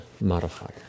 modifier